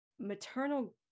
maternal